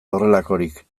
horrelakorik